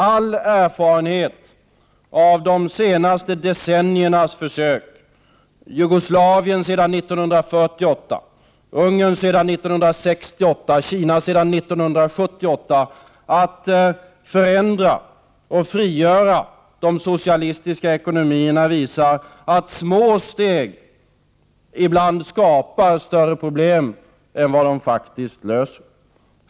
Allerfarenhet av de senaste decenniernas försök — Jugoslavien sedan 1948, Ungern sedan 1968, Kina sedan 1978 — att förändra och frigöra de socialistiska ekonomierna visar att små steg ibland skapar större problem än dem som de löser.